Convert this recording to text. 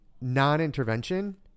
non-intervention